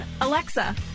Alexa